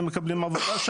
הם מקבלים שם עבודה.